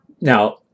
Now